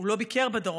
הוא לא ביקר בדרום,